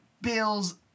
Bill's